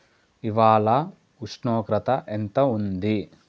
ఇవాళ ఉష్ణోగ్రత ఎంత ఉంది